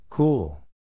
Cool